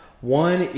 One